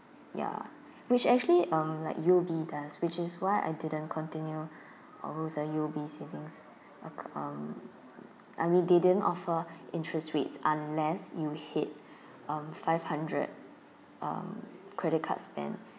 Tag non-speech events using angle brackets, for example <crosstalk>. ya which actually uh like U_O_B does which is why I didn't continue <breath> or use a U_O_B savings acc~ uh I mean they didn't offer interest rates unless you hit <breath> um five hundred uh credit card spend